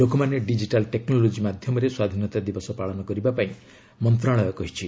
ଲୋକମାନେ digital technology ମାଧ୍ୟମରେ ସ୍ୱାଧୀନତା ଦିବସ ପାଳନ କରିବାକୁ ମନ୍ତ୍ରଣାଳୟ କହିଛି